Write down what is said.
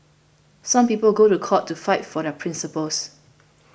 some people go to court to fight for their principles